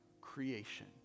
creation